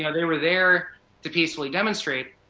you know they were there to peacefully demonstrate.